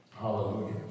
Hallelujah